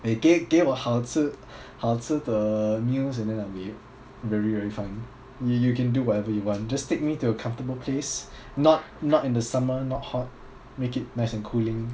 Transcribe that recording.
eh 给给我好吃好吃的 meals and then I'll be very very fine you you can do whatever you want just take me to a comfortable place not not in the summer not hot make it nice and cooling